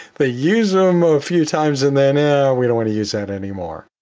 they use them a few times, and then we don't want to use that anymore.